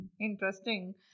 Interesting